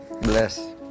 Bless